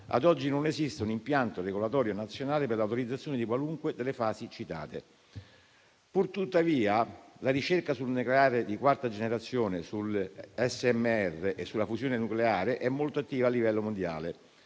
ad oggi non esiste un impianto regolatorio nazionale per l'autorizzazione di qualunque delle fasi citate. Pur tuttavia, la ricerca sul nucleare di quarta generazione, sugli *small modular reactor* (SMR) e sulla fusione nucleare è molto attiva a livello mondiale,